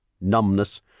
numbness